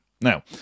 Now